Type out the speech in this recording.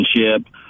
relationship